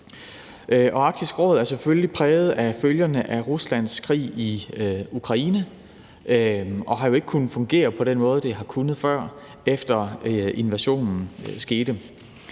Arktisk Råd er selvfølgelig præget af følgerne af Ruslands krig i Ukraine og har jo ikke kunnet fungere på den måde, det havde kunnet, før invasionen skete.